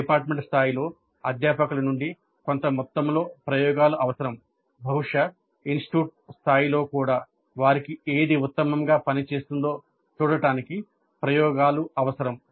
department స్థాయిలో అధ్యాపకుల నుండి కొంత మొత్తంలో ప్రయోగాలు అవసరం బహుశా ఇన్స్టిట్యూట్ స్థాయిలో కూడా వారికి ఏది ఉత్తమంగా పనిచేస్తుందో చూడటానికి ప్రయోగాలు అవసరం